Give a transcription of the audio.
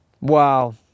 Wow